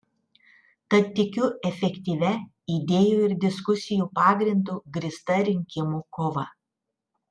tad tikiu efektyvia idėjų ir diskusijų pagrindu grįsta rinkimų kova